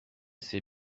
c’est